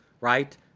right